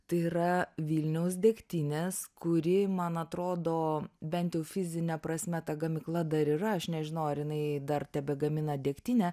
tai yra vilniaus degtinės kuri man atrodo bent jau fizine prasme ta gamykla dar yra aš nežinau ar jinai dar tebegamina degtinę